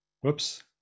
whoops